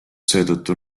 seetõttu